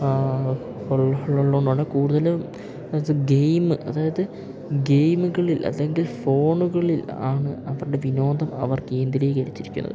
ഉള്ളതുകൊണ്ടാണ് കൂടുതലും എന്നുവെച്ചാൽ ഗെയിമ് അതായത് ഗെയിമുകളിൽ അല്ലെങ്കിൽ ഫോണുകളിൽ ആണ് അവരുടെ വിനോദം അവർ കേന്ദ്രീകരിച്ചിരിക്കുന്നത്